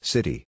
City